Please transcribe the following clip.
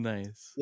Nice